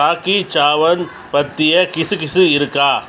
ராக்கி சாவந்த் பற்றிய கிசுகிசு இருக்கா